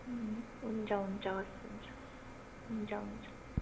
अँ हुन्छ हुन्छ हवस् हुन्छ हुन्छ हुन्छ